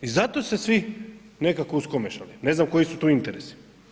I zato se svi nekako uskomešali, ne znam koji su tu interesi.